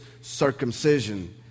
circumcision